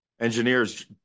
engineers